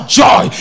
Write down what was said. joy